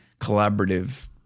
collaborative